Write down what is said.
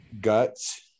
guts